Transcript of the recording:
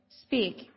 speak